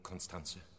Konstanze